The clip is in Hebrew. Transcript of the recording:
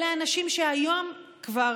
אלה אנשים שהיום כבר